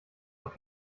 doch